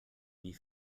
wie